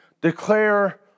declare